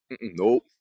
nope